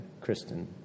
Kristen